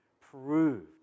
proved